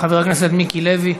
חבר הכנסת מיקי לוי?